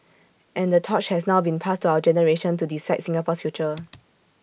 and the torch has now been passed to our generation to decide Singapore's future